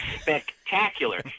spectacular